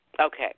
Okay